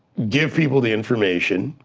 give people the information,